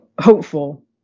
hopeful